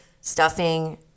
Stuffing